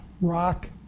rock